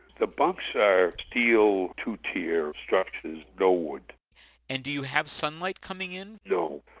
the bunks are steel, two-tier structures. no wood and do you have sunlight coming in? no.